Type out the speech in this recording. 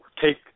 take